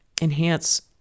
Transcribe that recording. enhance